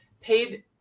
paid